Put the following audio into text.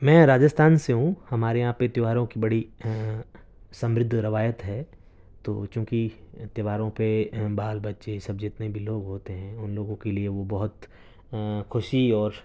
میں راجستھان سے ہوں ہمارے یہاں پہ تیوہاروں کی بڑی سمردھ روایت ہے تو چوںکہ تیوہاروں پہ بال بچے سب جتنے بھی لوگ ہوتے ہیں ان لوگوں کے لیے وہ بہت خوشی اور